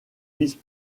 vice